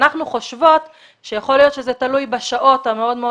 אנחנו חושבות שיכול להיות שזה תלוי בשעות המאוד מאוד